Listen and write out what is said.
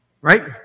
Right